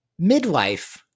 Midlife